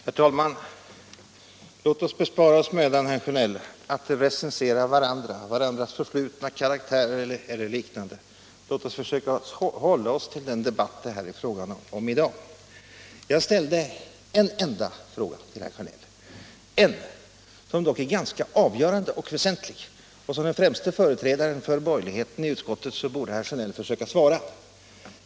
Herr talman! Låt oss bespara oss mödan, herr Sjönell, att recensera varandras förflutna, karaktärer och liknande! Låt oss i stället försöka hålla oss till den debatt det är fråga om i dag! Jag ställde en enda fråga till herr Sjönell, som är ganska avgörande och väsentlig. Såsom den främste företrädaren för borgerligheten i utskottet borde herr Sjönell försöka svara.